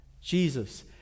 Jesus